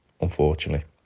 unfortunately